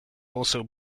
also